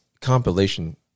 compilation